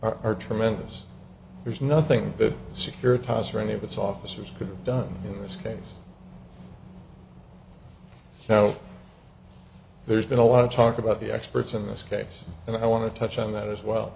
e are tremendous there's nothing that securitize or any of its officers could've done in this case now there's been a lot of talk about the experts in this case and i want to touch on that as well